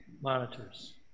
monitors